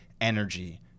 energy